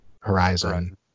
Horizon